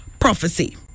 prophecy